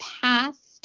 past